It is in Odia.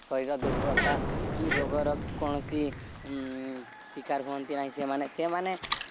ଶରୀର ଦୁର୍ବଳତା କି ରୋଗର କୌଣସି ଶିକାର ହୁଅନ୍ତି ନାହିଁ ସେମାନେ ସେମାନେ